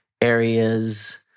areas